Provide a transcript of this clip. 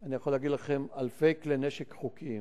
אני יכול להגיד לכם, אלפי כלי נשק חוקיים,